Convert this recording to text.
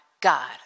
God